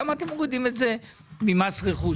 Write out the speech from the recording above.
למה אתם מורידים את זה ממס רכוש?